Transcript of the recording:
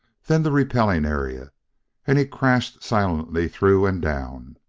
then the repelling area and he crashed silently through and down,